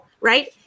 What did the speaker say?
right